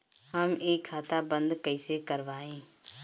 हम इ खाता बंद कइसे करवाई?